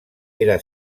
era